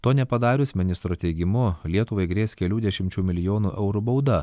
to nepadarius ministro teigimu lietuvai grės kelių dešimčių milijonų eurų bauda